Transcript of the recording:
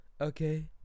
Okay